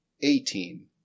Eighteen